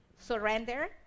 surrender